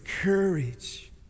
courage